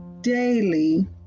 daily